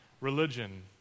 religion